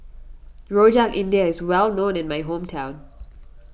Rojak India is well known in my hometown